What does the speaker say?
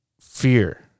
fear